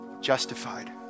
justified